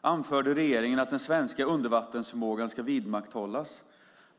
anförde regeringen att den svenska undervattensförmågan ska vidmakthållas.